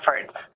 efforts